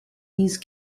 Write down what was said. these